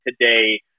today